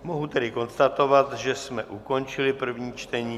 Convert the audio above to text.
Mohu tedy konstatovat, že jsme ukončili první čtení.